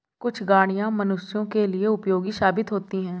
कुछ गाड़ियां मनुष्यों के लिए उपयोगी साबित होती हैं